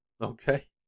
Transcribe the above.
Okay